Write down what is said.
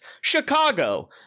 Chicago